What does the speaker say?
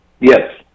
Yes